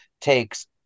takes